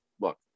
look